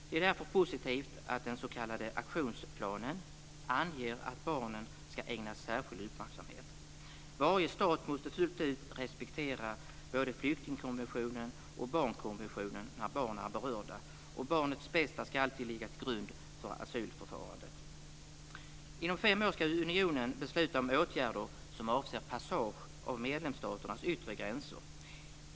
Det är därför positivt att den s.k. aktionsplanen anger att barnen ska ägnas särskild uppmärksamhet. Varje stat måste fullt ut respektera både flyktingkonventionen och barnkonventionen när barn är berörda, och barnets bästa ska alltid ligga till grund för asylförfarandet. Inom fem år ska unionen besluta om åtgärder som avser passage av medlemsstaternas yttre gränser.